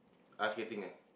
ice skating eh